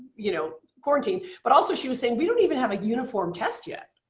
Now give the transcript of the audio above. you know quarantine, but also she was saying we don't even have a uniform test yet.